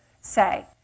say